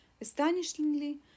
Astonishingly